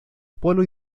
polo